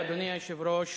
אדוני היושב-ראש,